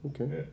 Okay